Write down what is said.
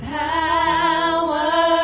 power